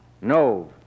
No